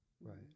right